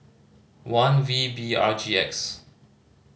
one V B R G X